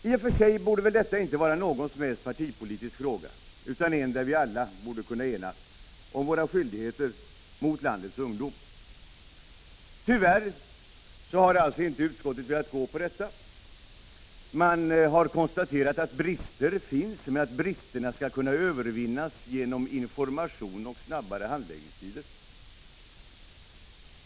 I och för sig borde detta inte vara någon partipolitisk fråga utan en fråga där alla kunde enas — om våra skyldigheter mot landets ungdom. Tyvärr har alltså inte utskottet velat gå med på det. Man har konstaterat att brister finns men att bristerna skall kunna övervinnas genom information och snabbare handläggningstider.